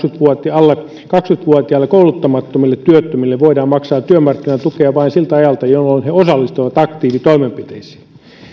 alle kaksikymmentä vuotiaille kouluttamattomille työttömille voitiin maksaa työmarkkinatukea vain siltä ajalta jolloin he osallistuivat aktiivitoimenpiteisiin